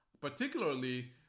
Particularly